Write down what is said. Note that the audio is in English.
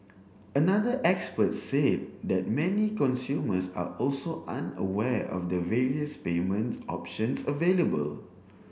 another expert said that many consumers are also unaware of the various payment options available